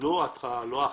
אין התרעה לא אחת,